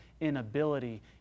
inability